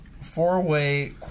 four-way